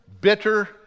bitter